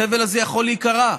החבל הזה יכול להיקרע?